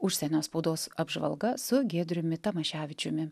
užsienio spaudos apžvalga su giedriumi tamaševičiumi